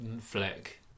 flick